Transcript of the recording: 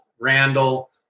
Randall